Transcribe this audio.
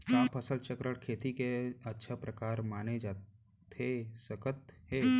का फसल चक्रण, खेती के अच्छा प्रकार माने जाथे सकत हे?